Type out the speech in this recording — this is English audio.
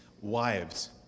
Wives